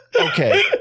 Okay